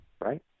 right